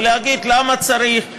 ולהגיד: למה צריך,